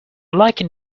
liking